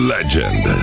Legend